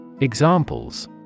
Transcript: Examples